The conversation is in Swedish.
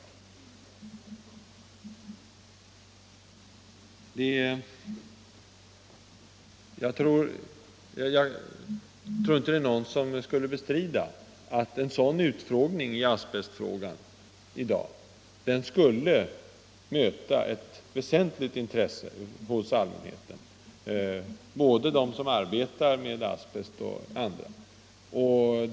Jag tror inte någon skulle bestrida att en sådan utfrågning i asbestfrågan i dag skulle möta ett väsentligt intresse hos allmänheten, både den som arbetar med asbest och andra.